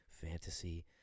fantasy